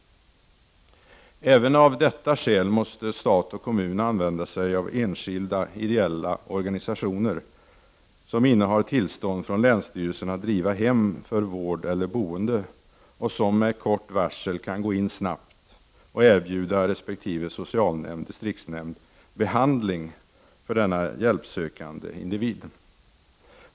Även av detta skäl måste stat och kommuner använda sig av enskilda, ideella organisationer som innehar tillstånd från länsstyrelserna att driva hem för vård eller boende och som med kort varsel kan gå in och erbjuda resp. socialnämnd/distriktsnämnd behandling för en hjälpsökande individ.